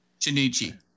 Shinichi